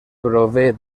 prové